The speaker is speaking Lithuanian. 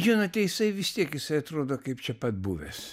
žinote jisai vis tiek jisai atrodo kaip čia pat buvęs